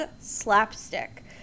slapstick